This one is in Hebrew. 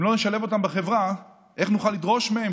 אם לא נשלב אותם בחברה, איך נוכל לדרוש מהם